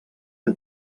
que